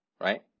right